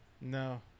No